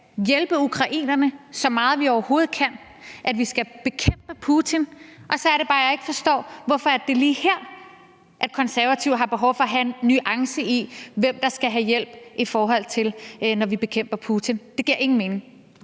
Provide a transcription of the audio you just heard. hjælpe ukrainerne så meget, vi overhovedet kan, og at vi skal bekæmpe Putin. Så er det bare, jeg ikke forstår, hvorfor det er lige her, Konservative har behov for at have en nuance, i forhold til hvem der skal have hjælp, når vi bekæmper Putin. Det giver ingen mening.